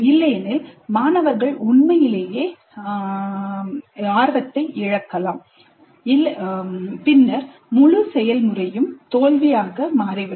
இல்லையெனில் மாணவர்கள் உண்மையிலேயே ஆர்வத்தை இழக்கலாம் பின்னர் முழு செயல்முறையும் தோல்வியாக மாறிவிடும்